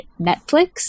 Netflix